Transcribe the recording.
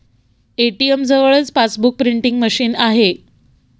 ATM जवळच passbook printing machine आहे